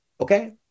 okay